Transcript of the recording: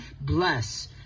bless